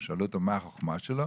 ושאלו אותו מה החוכמה שלו,